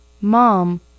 Mom